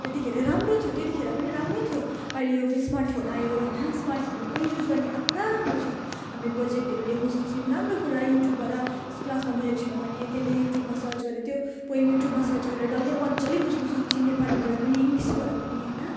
त्यतिखेर राम्रो थियो त्यतिखेर पनि राम्रो थियो अहिले यो स्मार्टफोन आयो होइन स्मार्टफोनले पनि युज गर्नेहरूलाई पुरा राम्रो छ हामी प्रोजेक्टहरू लेख्नसक्छौँ राम्रो कुरा युट्युबबाट क्लासमा बुझेको छैन भने त्यसले युट्युबमा सर्च गर्यो त्यो पोइम युट्युबमा सर्च गरेर जसले मजाले बुझ्नसक्छौँ नेपालीबाट पनि इङ्लिसबाट पनि होइन